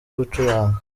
gucuranga